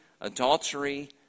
adultery